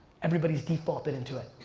everybody's defaulted into it.